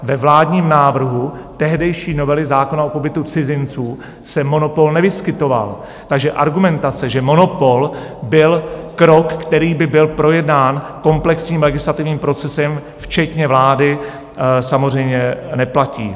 Ve vládním návrhu tehdejší novely zákona o pobytu cizinců se monopol nevyskytoval, takže argumentace, že monopol byl krok, který by byl projednán komplexním legislativním procesem včetně vlády, samozřejmě neplatí.